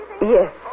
Yes